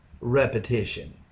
repetition